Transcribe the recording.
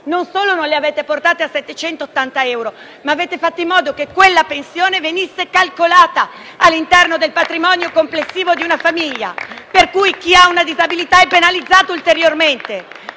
Non solo non le avete portate a quella cifra, ma avete fatto in modo che la pensione venisse calcolata all'interno del patrimonio complessivo di una famiglia per cui chi ha una disabilità è penalizzato ulteriormente.